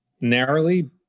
narrowly